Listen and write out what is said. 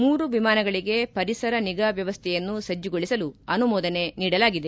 ಮೂರು ವಿಮಾನಗಳಿಗೆ ಪರಿಸರ ನಿಗಾ ವ್ಯವಸ್ಥೆಯನ್ನು ಸಜ್ಜುಗೊಳಿಸಲು ಅನುಮೋದನೆ ನೀಡಲಾಗಿದೆ